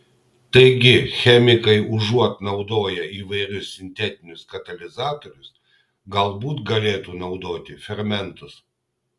taigi chemikai užuot naudoję įvairius sintetinius katalizatorius galbūt galėtų naudoti fermentus